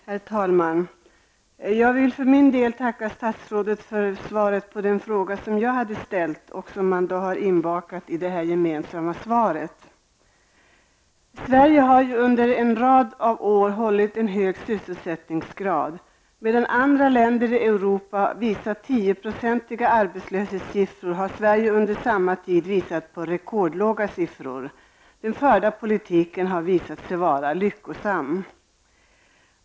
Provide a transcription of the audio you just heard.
Herr talman! Jag vill för min del tacka statsrådet för svaret på den fråga som jag hade ställt och som man har bakat in i det gemensamma svaret. Sverige har under en rad av år hållit en hög sysselsättningsgrad. Medan andra länder i Europa har visat 10-procentiga arbetslöshetssiffror har Sverige under samma tid visat rekordlåga siffror. Den förda politiken har visat sig vara lyckosam.